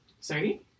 Sorry